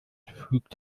fügt